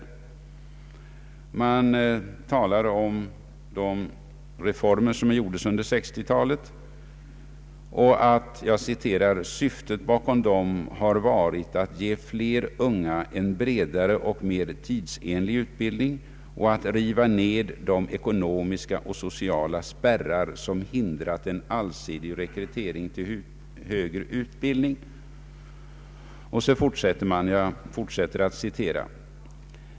Man talar om de reformer som gjordes under 1960-talet och säger: ”Syftet bakom dem har varit att ge fler unga en bredare och mer tidsenlig utbildning och att riva ned de ekonomiska och sociala spärrar som hindrat en allsidig rekrytering till högre utbildning.